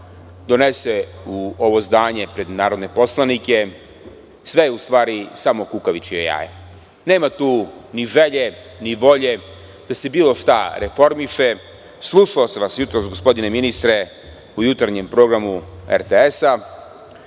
donese u ovo zdanje pred narodne poslanike, sve je u stvari samo kukavičije jaje. Nema tu ni želje, ni volje da se bilo šta reformiše. Slušao sam vas jutros, gospodine ministre, u jutarnjem programu RTS,